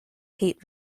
heat